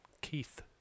Keith